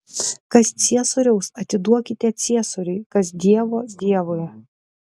kas ciesoriaus atiduokite ciesoriui kas dievo dievui